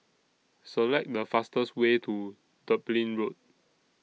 Select The fastest Way to Dublin Road